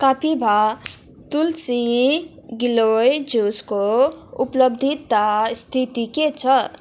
कपिभा तुलसी गिलोय जुसको उपलब्धता स्थिति के छ